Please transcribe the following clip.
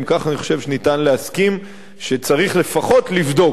ואם כך, אני חושב שניתן להסכים שצריך לפחות לבדוק.